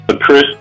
Chris